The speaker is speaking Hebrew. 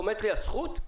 עומדת לי הזכות?